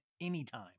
anytime